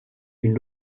une